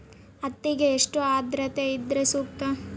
ಹತ್ತಿಗೆ ಎಷ್ಟು ಆದ್ರತೆ ಇದ್ರೆ ಸೂಕ್ತ?